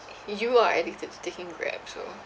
you are addicted to taking Grab so